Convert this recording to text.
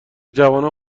جوانان